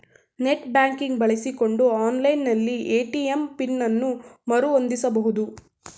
net banking ಬಳಸಿಕೊಂಡು online ನಲ್ಲಿ ATM pin ಅನ್ನು ಮರು ಹೊಂದಿಸಬಹುದು